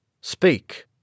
Speak